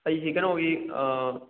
ꯑꯩꯁꯤ ꯀꯩꯅꯣꯒꯤ